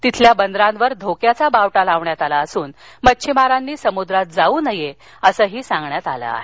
तिथल्या बंदरांवर धोक्याचा बावटा लावण्यात आला असून मच्छीमारांनी समुद्रावर जावू नये असं सांगण्यात आलं आहे